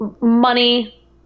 money